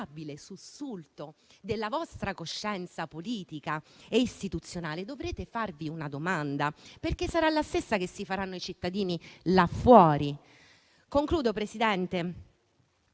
sussulto della vostra coscienza politica e istituzionale dovrete farvi una domanda. Sarà la stessa domanda che si faranno i cittadini là fuori. Quando vi chiederete